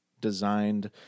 designed